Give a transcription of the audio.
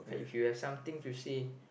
like if you have something to say